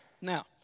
Now